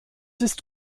ist